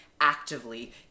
actively